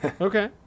Okay